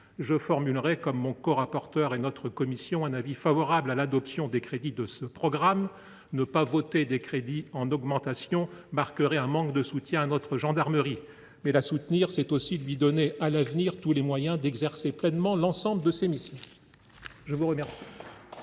Je formulerai, à l’instar de mon corapporteur et de notre commission, un avis favorable sur l’adoption des crédits de ce programme : ne pas voter des crédits en augmentation marquerait un manque de soutien à notre gendarmerie. Mais la soutenir, c’est aussi lui donner à l’avenir tous les moyens d’exercer pleinement l’ensemble de ses missions. La parole